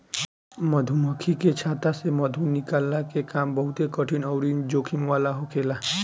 मधुमक्खी के छत्ता से मधु निकलला के काम बहुते कठिन अउरी जोखिम वाला होखेला